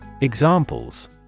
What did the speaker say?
Examples